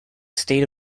state